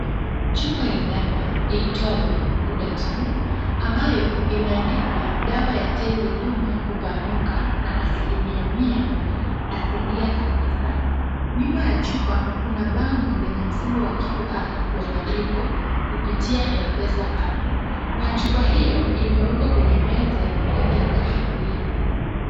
Chupa ya dawa iitwayo Ghudatun ambayo imeandikwa dawa ya tezi dume kupanuka na asilimia mia, asilia kabisa. Nyuma ya chupa kuna bango lenye msimbo wa QR wa malipo kupitia M-Pesa app , na chupa hiyo imewekwa kwenye meza yenye rangi ya kahawia.